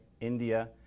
India